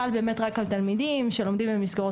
חל באמת רק על תלמידים שלומדים במסגרות